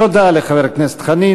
תודה לחבר הכנסת חנין.